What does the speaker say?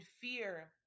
fear